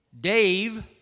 Dave